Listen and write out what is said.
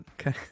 Okay